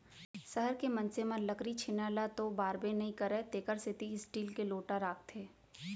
सहर के मनसे मन लकरी छेना ल तो बारबे नइ करयँ तेकर सेती स्टील के लोटा राखथें